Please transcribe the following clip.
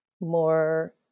more